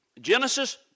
Genesis